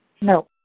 No